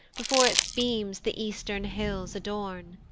before its beams the eastern hills adorn!